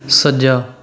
ਸੱਜਾ